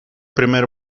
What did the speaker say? primer